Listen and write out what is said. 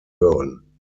hören